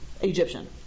Egyptian